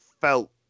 felt